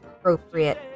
appropriate